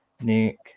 nick